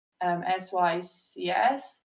S-Y-C-S